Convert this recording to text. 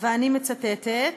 ואני מצטטת,